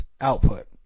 output